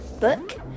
book